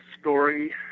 story